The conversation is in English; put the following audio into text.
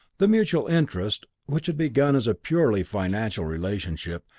the mutual interest, which had begun as a purely financial relationship,